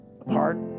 apart